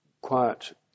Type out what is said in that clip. quiet